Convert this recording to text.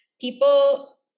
people